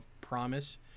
promise